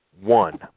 One